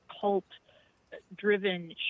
cult-driven